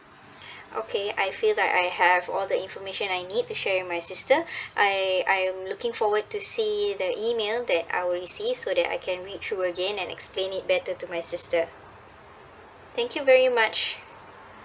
okay I feel like I have all the information I need to share with my sister I I'm looking forward to see the email that I will receive so that I can read through again and explain it better to my sister thank you very much